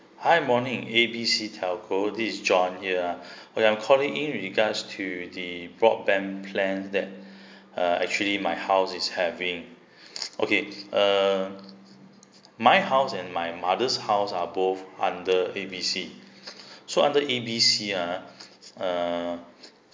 hi morning A B C telco this is john here okay I'm calling in regards to the broadband plans that uh actually my house is having okay uh my house and my mother's house are both under A B C so under A B C ah uh